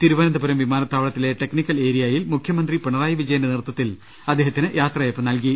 തിരുവനന്ത പുരം വിമാനത്താവളത്തിലെ ടെക്നിക്കൽ ഏരിയയിൽ മുഖ്യമന്ത്രി പിണറായി വിജയന്റെ നേതൃത്വത്തിൽ അദ്ദേഹത്തിന് യാത്രയയപ്പ് നൽകി